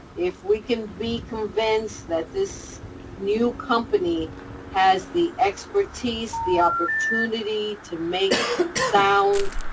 if we can be convinced that this new company has the expertise, the opportunity to make sound,